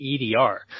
EDR